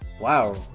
Wow